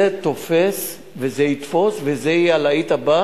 זה תופס וזה יתפוס וזה יהיה הלהיט הבא